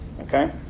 Okay